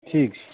ठीक छै